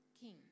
king